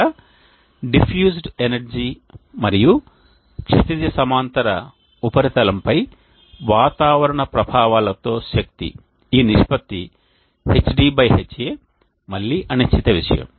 ఇక్కడ diffused energy మరియు క్షితిజ సమాంతర ఉపరితలంపై వాతావరణ ప్రభావాలతో శక్తి ఈ నిష్పత్తి Hd Ha మళ్లీ అనిశ్చిత విషయం